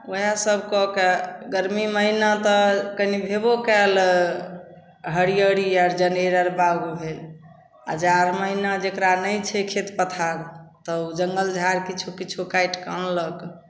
वएहसब कऽके गरमी महिना तऽ कनि भेबो कएल हरिअरी आर जनेर आर बाउग भेल आओर जाड़ महिना जकरा नहि छै खेत पथार तऽ ओ जङ्गल झाड़ किछु किछु काटिके आनलक